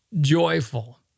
joyful